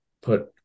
put